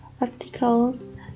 articles